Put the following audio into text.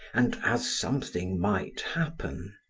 and as something might happen